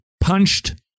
punched